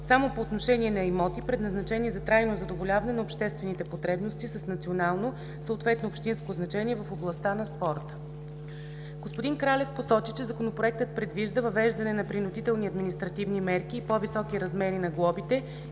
само по отношение на имоти, предназначени за трайно задоволяване на обществени потребности с национално, съответно общинско значение в областта на спорта. Господин Кралев посочи, че Законопроектът предвижда въвеждане на принудителни административни мерки и по-високи размери на глобите